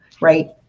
Right